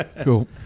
Cool